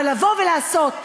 אבל לבוא ולעשות,